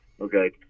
Okay